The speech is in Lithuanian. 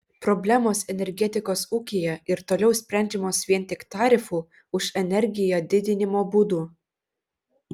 problemos energetikos ūkyje ir toliau sprendžiamos vien tik tarifų už energiją didinimo būdu